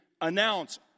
announce